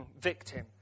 victim